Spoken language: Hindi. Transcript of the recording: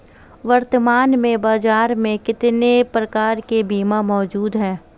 वर्तमान में बाज़ार में कितने प्रकार के बीमा मौजूद हैं?